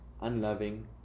unloving